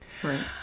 Right